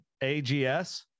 AGS